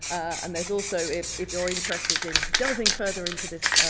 and there's also, if if you're interested in delving further into this